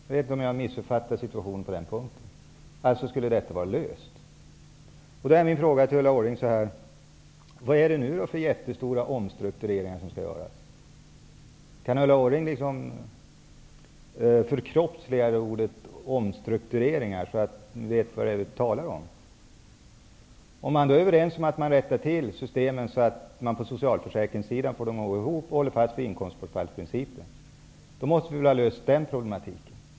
Jag vet inte om jag har missuppfattat situationen på den punkten, men om det är så skulle ju situationen vara löst. Min fråga till Ulla Orring gäller vad det nu är för jättestora omstruktureringar som skall göras. Kan Ulla Orring förtydliga ordet omstrukturering så att jag vet vad det är vi talar om? Om vi är överens om att rätta till socialförsäkringssystemen så att de går ihop och att hålla fast vid inkomstbortfallsprincipen måste vi väl ha löst den problematiken.